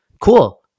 Cool